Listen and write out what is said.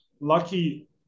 lucky